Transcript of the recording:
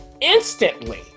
instantly